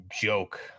joke